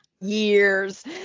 Years